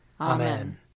Amen